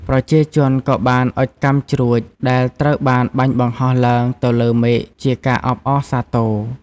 ប្រជាជនក៏បាន អុជកាំជ្រួច ដែលត្រូវបានបាញ់បង្ហោះឡើងទៅលើមេឃជាការអបអរសាទរ។